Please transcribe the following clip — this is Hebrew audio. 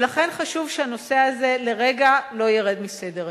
ולכן, חשוב שהנושא הזה לרגע לא ירד מסדר-היום.